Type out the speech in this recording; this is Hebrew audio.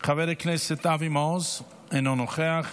חבר הכנסת אבי מעוז, אינו נוכח.